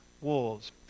wolves